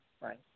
Right